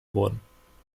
worden